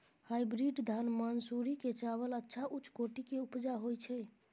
Hybrid धान मानसुरी के चावल अच्छा उच्च कोटि के उपजा होय छै?